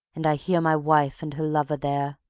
and i hear my wife and her lover there,